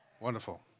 Wonderful